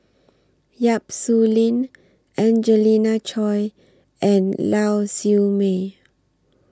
Yap Su Lin Angelina Choy and Lau Siew Mei